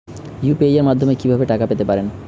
UPI মাধ্যমে কি ভাবে টাকা পেতে পারেন?